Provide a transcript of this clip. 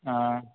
हँ